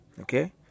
Okay